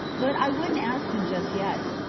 but i wouldn't ask him just yet.